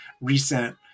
recent